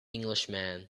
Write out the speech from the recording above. englishman